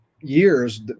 years